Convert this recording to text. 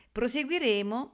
Proseguiremo